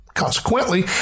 Consequently